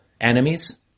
enemies